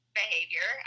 behavior